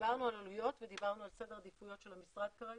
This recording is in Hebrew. דיברנו על עלויות ודיברנו על סדר עדיפויות של המשרד כרגע.